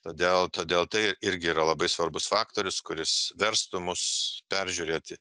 todėl todėl tai irgi yra labai svarbus faktorius kuris verstų mus peržiūrėti